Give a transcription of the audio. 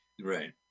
right